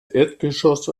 erdgeschoss